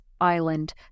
island